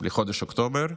לחודש אוקטובר,